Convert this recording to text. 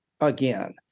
again